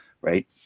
right